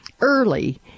early